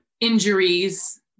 injuries